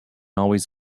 always